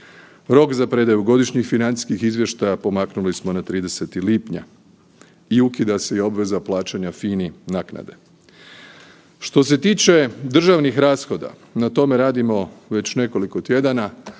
Rok za predaju godišnjih financijskih izvještaja pomaknuli smo na 30. lipnja i ukida se i obveza plaćanja FINA-i naknade. Što se tiče državnih rashoda, na tome radimo već nekoliko tjedana,